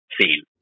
seen